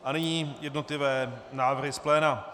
A nyní jednotlivé návrhy z pléna.